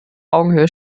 augenhöhe